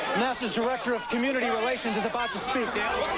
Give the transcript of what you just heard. nasa's director of community relations is about to speak. yeah